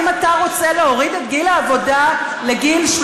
האם אתה רוצה להוריד את גיל העבודה ל-13?